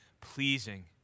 pleasing